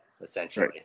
essentially